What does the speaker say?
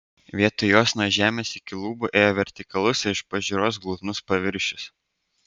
vietoj jos nuo žemės iki lubų ėjo vertikalus ir iš pažiūros glotnus paviršius